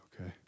okay